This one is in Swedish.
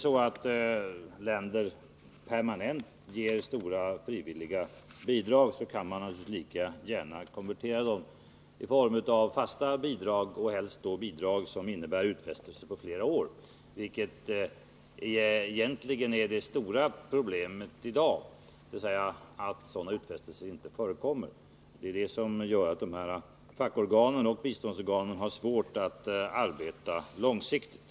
Om länderna permanent ger stora frivilliga bidrag, så kan man naturligtvis lika gärna konvertera dem i form av fasta bidrag och helst då bidrag som innebär utfästelser för flera år. Att sådana utfästelser inte förekommer är ju egentligen det stora problemet i dag. Det är detta som gör att fackorganen och biståndsorganen har svårt att arbeta långsiktigt.